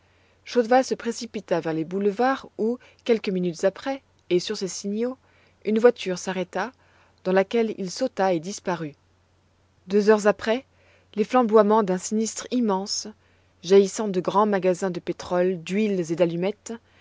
chaudval se précipita vers les boulevards où quelques minutes après et sur ses signaux une voiture s'arrêta dans laquelle il sauta et disparut deux heures après les flamboiements d'un sinistre immense jaillissant de grands magasins de pétrole d'huiles et d'allumettes